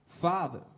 Father